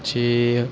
પછી